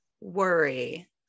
worry